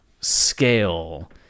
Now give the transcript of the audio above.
scale